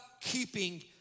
keeping